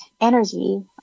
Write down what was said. energy